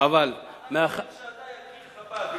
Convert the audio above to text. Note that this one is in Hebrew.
אנחנו יודעים שאתה יקיר חב"ד.